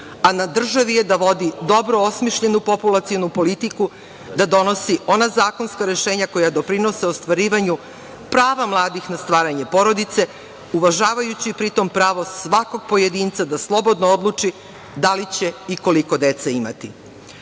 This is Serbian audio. a na državi je da vodi dobro osmišljenu populacionu politiku, da donosi ona zakonska rešenja koja doprinose ostvarivanju prava mladih na stvaranje porodice, uvažavajući pritom pravo svakog pojedinca da slobodno odluči da li će i koliko dece imati. Ono